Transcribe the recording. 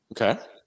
Okay